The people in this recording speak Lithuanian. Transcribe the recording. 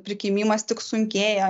prikimimas tik sunkėja